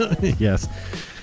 Yes